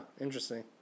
interesting